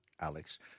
Alex